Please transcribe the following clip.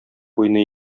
уйный